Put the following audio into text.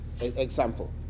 example